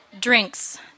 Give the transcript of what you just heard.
Drinks